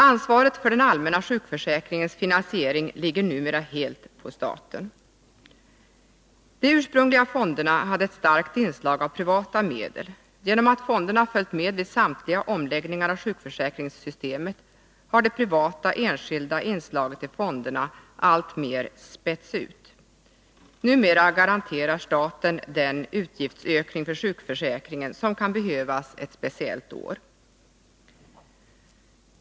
Ansvaret för den allmänna sjukförsäkringens finansiering ligger numera helt på staten. De ursprungliga fonderna hade ett starkt inslag av privata medel. Genom att fonderna följt med vid samtliga omläggningar av sjukförsäkringssystemet har det privata, enskilda inslaget i fonderna alltmer spätts ut. Numera garanterar staten den utgiftsökning för sjukförsäkringen som kan behövas ett speciellt år.